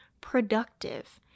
productive